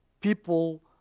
people